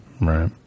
right